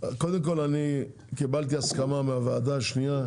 קודם כל, אני קיבלתי הסכמה מהוועדה השנייה,